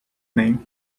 name